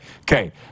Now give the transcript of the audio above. Okay